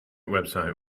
website